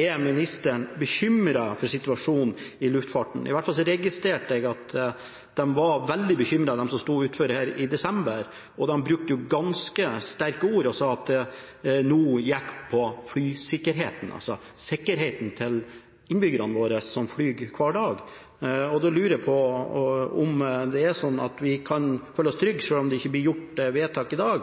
Er ministeren bekymret for situasjonen i luftfarten? I hvert fall registrerte jeg at de var veldig bekymret, de som sto utenfor her i desember. De brukte ganske sterke ord og sa at nå gikk det på flysikkerheten, altså sikkerheten til innbyggerne våre som flyr hver dag. Da lurer jeg på om det er sånn at vi kan føle oss trygge selv om det ikke blir gjort vedtak i dag.